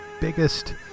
biggest